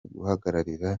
guhagararira